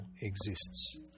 exists